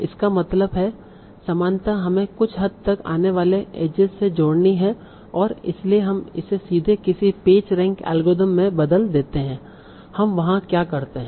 इसका मतलब है समानता हमें कुछ हद तक आने वाले एजेस से जोड़नी है और इसलिए हम इसे सीधे किसी पेज रैंक एल्गोरिदम में बदल देते हैं हम वहां क्या करते हैं